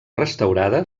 restaurada